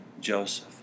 Joseph